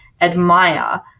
admire